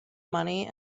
money